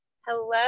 Hello